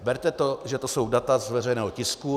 Berte to, že to jsou data z veřejného tisku.